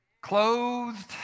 clothed